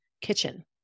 kitchen